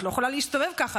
את לא יכולה להסתובב ככה,